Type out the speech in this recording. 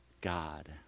God